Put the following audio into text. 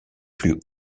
plus